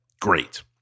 Great